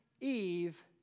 Eve